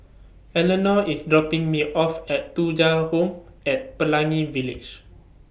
Eleanore IS dropping Me off At Thuja Home At Pelangi Village